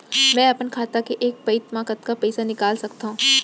मैं अपन खाता ले एक पइत मा कतका पइसा निकाल सकत हव?